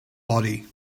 body